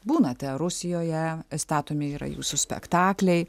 būnate rusijoje statomi yra jūsų spektakliai